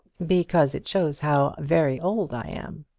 because it shows how very old i am.